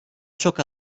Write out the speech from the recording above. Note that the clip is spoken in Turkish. çok